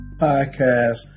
podcast